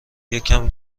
یکم